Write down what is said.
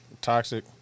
Toxic